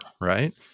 Right